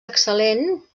excel·lent